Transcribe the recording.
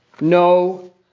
No